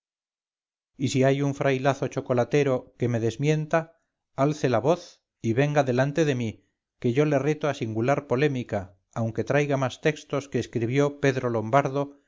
y si hay un frailazo chocolatero que me desmienta alce la voz y venga delante de mí que yo le reto a singular polémica aunque traiga más textos que escribió pedro lombardo